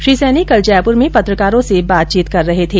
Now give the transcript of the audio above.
श्री सैनी कल जयपुर में पत्रकारों से बातचीत कर रहे थे